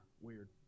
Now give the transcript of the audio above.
weird